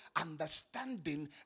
understanding